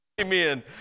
amen